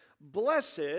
Blessed